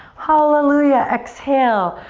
hallelujah, exhale.